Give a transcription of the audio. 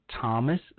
Thomas